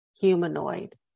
humanoid